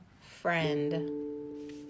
friend